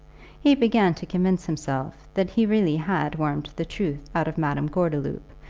he began to convince himself that he really had wormed the truth out of madame gordeloup,